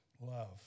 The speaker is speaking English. love